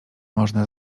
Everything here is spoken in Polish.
można